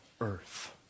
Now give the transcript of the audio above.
earth